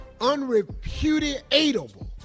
unrepudiatable